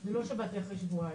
זה לא שבאתי אחרי שבועיים.